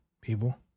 people